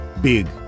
big